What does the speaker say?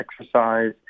exercise